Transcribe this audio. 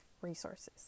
resources